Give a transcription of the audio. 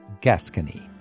Gascony